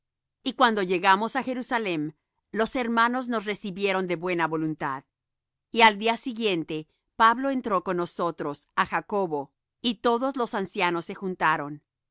y cuando llegamos á jerusalem los hermanos nos recibieron de buena voluntad y al día siguiente pablo entró con nosotros á jacobo y todos los ancianos se juntaron